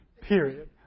Period